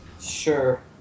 Sure